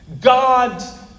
God